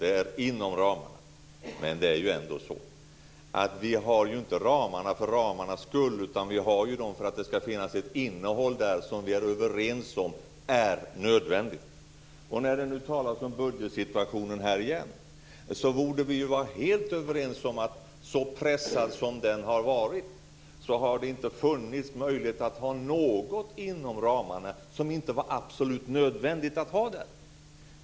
Det här skall vara inom ramarna. Men nu har vi ju inte ramarna för deras egen skull, utan vi har dem därför att det skall finnas ett innehåll i dem som vi är överens om är nödvändigt. Det talas nu om budgetsituationen, och vi borde ju vara helt överens om att så pressad som den har varit har det inte funnits möjlighet att ha något inom ramarna som inte varit absolut nödvändigt att ha där.